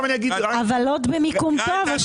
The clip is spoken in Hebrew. אבל לוד במיקום טוב.